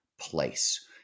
place